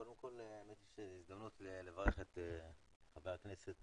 קודם כל האמת שזו הזדמנות לברך את חבר הכנסת,